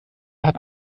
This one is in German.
hat